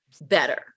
better